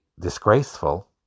disgraceful